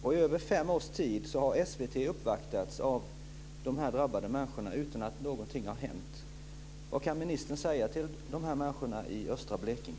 I över fem års tid har SVT uppvaktats av de här drabbade människorna utan att någonting har hänt. Blekinge?